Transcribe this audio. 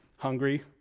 Hungry